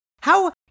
how-